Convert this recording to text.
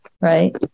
right